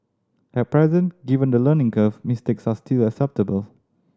at present given the learning curve mistakes are still acceptable